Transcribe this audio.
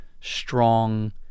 strong